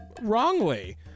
wrongly